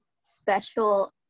special